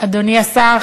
אדוני השר,